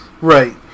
right